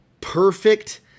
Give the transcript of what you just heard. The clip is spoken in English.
perfect